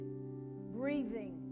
breathing